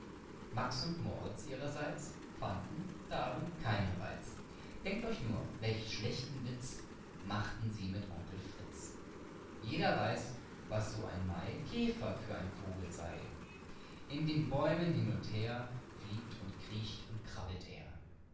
max und moritz ihrerseits fanden darin keinen reiz denkt euch nur welch schlechten witz machten sie mit onkel fritz jeder weiß was so ein maikäfer für ein vogel sei illustration maikäfer in den bäumen hin und her fliegt und kriecht und krabbelt er